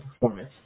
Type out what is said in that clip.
performance